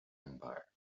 empire